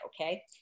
Okay